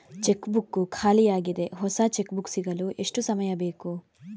Check book ಖಾಲಿ ಯಾಗಿದೆ, ಹೊಸ ಚೆಕ್ ಬುಕ್ ಸಿಗಲು ಎಷ್ಟು ಸಮಯ ಬೇಕು?